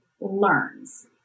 learns